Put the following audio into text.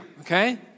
okay